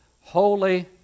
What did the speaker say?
holy